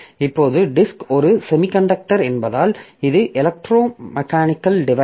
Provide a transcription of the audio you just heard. இப்போது டிஸ்க் ஒரு செமிகண்டக்டர் என்பதால்இது எலெக்ட்ரோமெக்கானிக்கல் டிவைஸ்